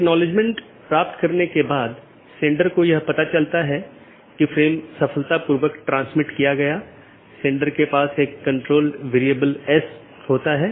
किसी भी ऑटॉनमस सिस्टमों के लिए एक AS नंबर होता है जोकि एक 16 बिट संख्या है और विशिष्ट ऑटोनॉमस सिस्टम को विशिष्ट रूप से परिभाषित करता है